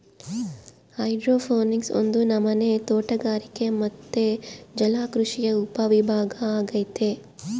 hydroponics ಒಂದು ನಮನೆ ತೋಟಗಾರಿಕೆ ಮತ್ತೆ ಜಲಕೃಷಿಯ ಉಪವಿಭಾಗ ಅಗೈತೆ